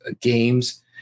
games